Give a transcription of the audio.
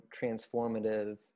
transformative